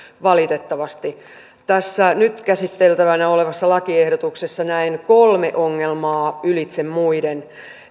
valitettavasti tässä nyt käsiteltävänä olevassa lakiehdotuksessa näen kolme ongelmaa ylitse muiden